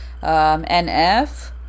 nf